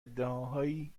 ادعاهایی